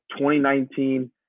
2019